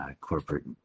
corporate